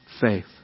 faith